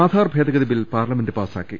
ആധാർ ഭേദഗതി bill parliament പാസാക്കി